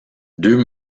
deux